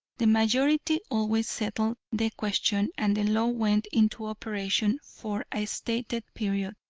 the majority always settled the question, and the law went into operation for a stated period,